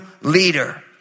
leader